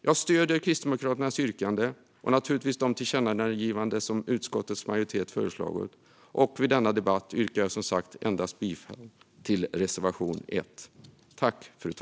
Jag stöder Kristdemokraterna yrkande och naturligtvis de tillkännagivanden som utskottets majoritet har föreslagit, men i denna debatt yrkar jag som sagt bifall endast till reservation 1.